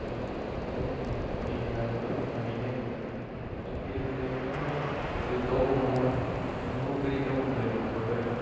ꯁꯤ ꯇꯧꯅꯤꯡꯏ ꯈꯣꯠꯅꯤꯡꯏ ꯍꯥꯏꯕ ꯃꯇꯝꯗ ꯃꯤꯅ ꯑꯩꯉꯣꯟꯗ ꯅꯪꯗꯤ ꯑꯗꯨ ꯂꯩꯕ ꯉꯝꯃꯣꯏ ꯑꯗꯨ ꯇꯧꯕ ꯉꯝꯃꯣꯏ ꯅꯪꯅꯕꯨ ꯀꯔꯤ ꯇꯧꯕ ꯉꯝꯗꯣꯏꯅꯣ ꯈꯣꯠꯇꯣꯏꯅꯣ